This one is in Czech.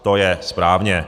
To je správně.